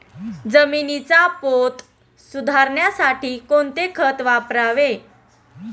जमिनीचा पोत सुधारण्यासाठी कोणते खत वापरावे?